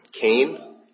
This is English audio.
Cain